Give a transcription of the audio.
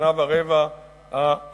שנה ורבע האחרונה.